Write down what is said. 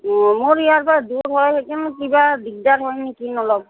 অঁ মোৰ ইয়াৰ পৰা দূৰ হয় সেইকাৰণে কিবা দিগদাৰ হয় নে কিনো অলপ